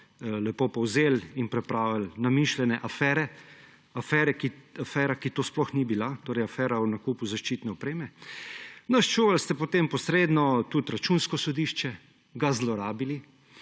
lepo povzeli in pripravili namišljene afere; afera, ki to sploh ni bila, torej afera o nakupu zaščitne opreme. Naščuvali ste potem posredno tudi Računsko sodišče, ga zlorabili